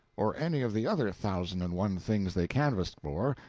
or any of the other thousand and one things they canvassed for,